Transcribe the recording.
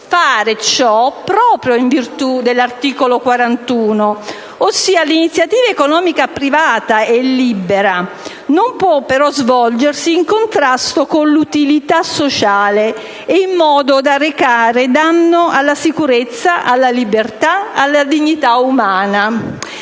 fare ciò proprio in virtù dell'articolo 41. Ossia: «l'iniziativa economica privata è libera. Non può però svolgersi in contrasto con l'utilità sociale o in modo da recare danno alla sicurezza, alla libertà, alla dignità umana.